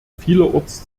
vielerorts